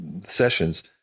sessions